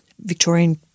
Victorian